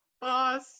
boss